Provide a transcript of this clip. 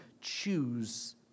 choose